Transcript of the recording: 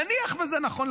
נניח שזה נכון,